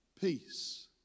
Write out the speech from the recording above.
peace